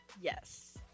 Yes